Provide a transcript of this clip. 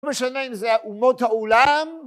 לא משנה אם זה אומות העולם